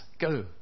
Go